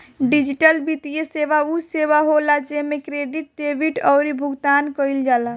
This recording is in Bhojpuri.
डिजिटल वित्तीय सेवा उ सेवा होला जेमे क्रेडिट, डेबिट अउरी भुगतान कईल जाला